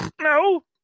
No